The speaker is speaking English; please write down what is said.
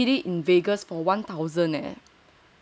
my friend did it in Vegas for one thousand leh